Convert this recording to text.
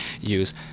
use